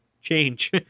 change